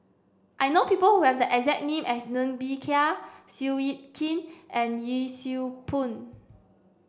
I know people who have the exact name as Ng Bee Kia Seow Yit Kin and Yee Siew Pun